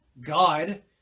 God